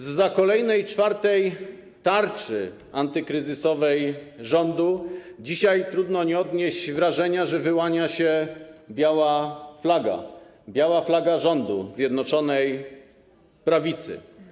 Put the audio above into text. Zza kolejnej, czwartej tarczy antykryzysowej rządu, dzisiaj trudno nie odnieść takiego wrażenia, wyłania się biała flaga, biała flaga rządu Zjednoczonej Prawicy.